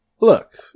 Look